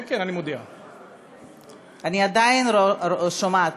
אני עדיין שומעת.